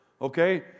okay